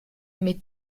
mais